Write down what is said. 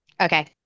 Okay